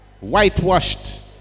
Whitewashed